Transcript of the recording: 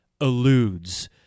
eludes